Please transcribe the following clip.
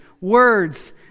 words